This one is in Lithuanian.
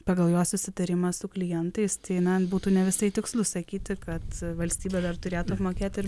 pagal jo susitarimą su klientais tai man būtų ne visai tikslu sakyti kad valstybė dar turėtų mokėti ir